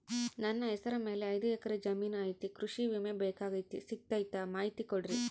ನನ್ನ ಹೆಸರ ಮ್ಯಾಲೆ ಐದು ಎಕರೆ ಜಮೇನು ಐತಿ ಕೃಷಿ ವಿಮೆ ಬೇಕಾಗೈತಿ ಸಿಗ್ತೈತಾ ಮಾಹಿತಿ ಕೊಡ್ರಿ?